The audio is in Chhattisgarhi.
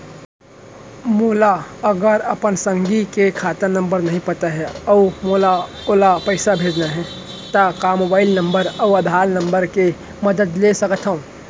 मोला अगर अपन संगी के खाता नंबर नहीं पता अऊ मोला ओला पइसा भेजना हे ता का मोबाईल नंबर अऊ आधार नंबर के मदद ले सकथव?